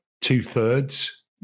two-thirds